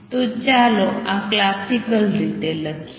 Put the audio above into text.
તો ચાલો આ ક્લાસિકલ રીતે લખીએ